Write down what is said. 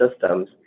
systems